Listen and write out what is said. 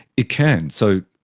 it can, so